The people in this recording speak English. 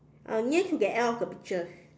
uh near to the end of the pictures